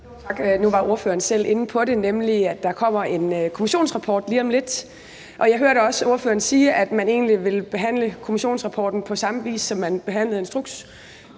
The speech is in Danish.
Nu var ordføreren selv inde på, at der kommer en kommissionsrapport lige om lidt, og jeg hørte også ordføreren sige, at man egentlig vil behandle kommissionsrapporten på samme vis, som man behandlede